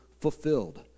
fulfilled